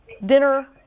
dinner